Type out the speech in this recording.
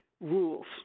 Rules